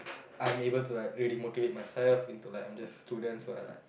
I'm able to like really motivate myself into like I'm just student so like